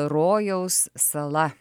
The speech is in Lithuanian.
rojaus sala